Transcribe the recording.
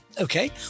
Okay